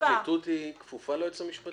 הפרקליטות היא כפופה ליועץ המשפטי או לא?